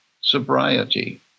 sobriety